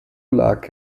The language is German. lag